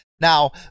Now